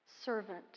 Servant